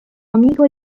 amico